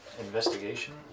Investigation